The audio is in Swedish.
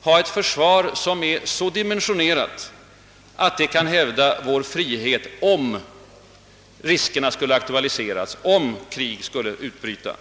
ha ett försvar som är så dimensionerat att det kan hävda vår frihet, om riskerna skulle aktualiseras — om krig skulle utbryta.